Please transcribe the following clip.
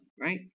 right